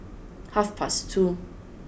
half past two